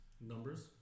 Numbers